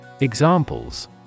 examples